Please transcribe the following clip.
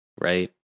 right